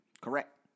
Correct